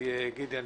גדעון כרוך,